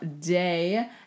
day